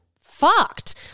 fucked